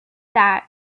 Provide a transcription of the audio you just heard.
that